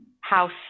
house